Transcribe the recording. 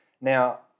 Now